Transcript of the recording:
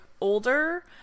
older